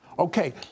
Okay